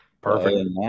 Perfect